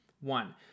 One